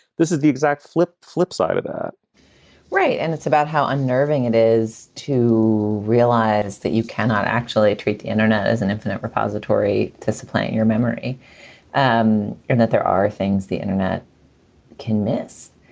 this is the exact flip flip side of that right. and it's about how unnerving it is to realize that you cannot actually treat the internet as an infinite repository disciplining your memory and and that there are things the internet can miss,